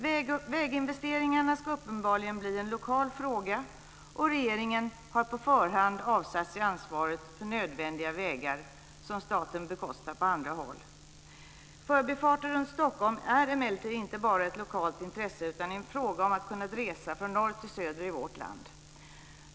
Väginvesteringarna ska uppenbarligen bli en lokal fråga, och regeringen har på förhand avsagt sig ansvaret för nödvändiga vägar som staten bekostar på andra håll. Förbifarter runt Stockholm är emellertid inte bara ett lokalt intresse utan en fråga om att kunna resa från norr till söder i vårt land.